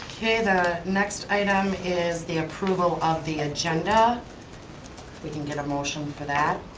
okay, the next item is the approval of the agenda, if we can get a motion for that.